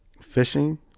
fishing